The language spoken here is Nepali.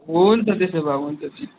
हुन्छ त्यसो भए हुन्छ